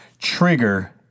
trigger